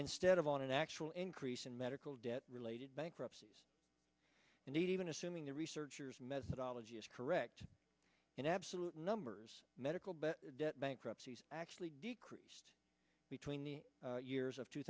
instead of on an actual increase in medical debt related bankruptcies and even assuming the researchers methodology is correct in absolute numbers medical but debt bankruptcies actually decreased between the years of two